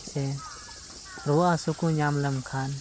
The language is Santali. ᱥᱮ ᱨᱩᱣᱟᱹ ᱦᱟᱹᱥᱩ ᱠᱚ ᱧᱟᱢ ᱞᱮᱢᱠᱷᱟᱱ